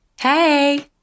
Hey